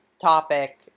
topic